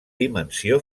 dimensió